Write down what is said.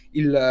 il